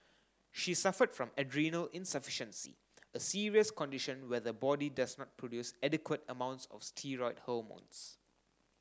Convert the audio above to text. she suffered from adrenal insufficiency a serious condition where the body does not produce adequate amounts of steroid hormones